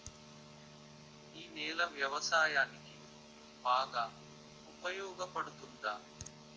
ఈ నేల వ్యవసాయానికి బాగా ఉపయోగపడుతుందా?